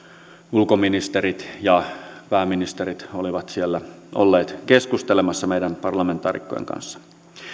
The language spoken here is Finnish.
ulkoministerit ja pääministerit olivat siellä olleet keskustelemassa meidän parlamentaarikkojen kanssa